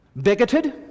Bigoted